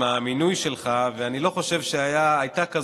אני שכחתי להודות לאופוזיציה שהם משכו